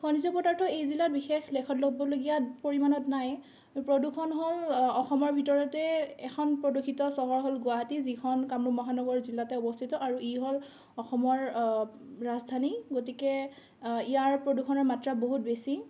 খনিজ পদাৰ্থ এই জিলাত বিশেষ লেখত ল'বলগীয়া পৰিমাণত নাই প্ৰদূষণ হ'ল অসমৰ ভিতৰতেই এখন প্ৰদূষিত চহৰ হ'ল গুৱাহাটী যিখন কামৰূপ মহানগৰ জিলাতে অৱস্থিত আৰু ই হ'ল অসমৰ ৰাজধানী গতিকে ইয়াৰ প্ৰদূষণৰ মাত্ৰা বহুত বেছি